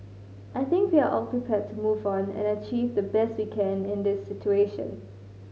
I think we are all prepared to move on and achieve the best we can in this situation